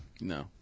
No